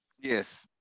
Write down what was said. yes